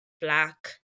black